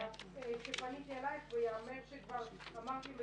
פניתי אלייך וייאמר שכבר אמרת לי,